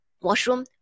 washroom